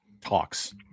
talks